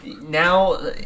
Now